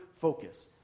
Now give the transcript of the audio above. focus